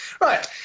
Right